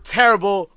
terrible